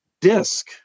disc